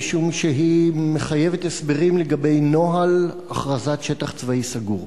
משום שהיא מחייבת הסברים לגבי נוהל הכרזת "שטח צבאי סגור".